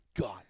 God